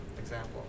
example